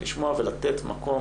לשמוע ולתת מקום.